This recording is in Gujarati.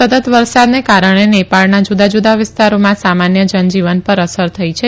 સતત વરસાદને કારણે નેપાળના જુદા જુદા વિસ્તારોમાં સામાન્ય જનજીવન પર અસર થઇ છે